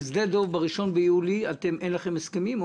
בשדה דב ב-1 ביולי אין לכם הסכמים?